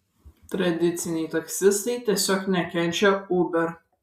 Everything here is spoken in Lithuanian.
tradiciniai taksistai tiesiog nekenčia uber